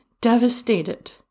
devastated